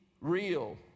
real